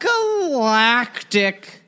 galactic